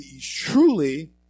truly